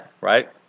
Right